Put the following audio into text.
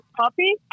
puppy